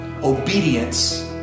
obedience